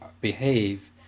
behave